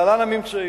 להלן הממצאים: